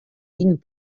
vint